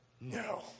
No